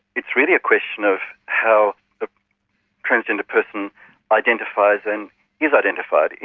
it's really a question of how a transgender person identifies and is identified.